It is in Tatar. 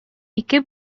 ике